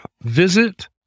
visit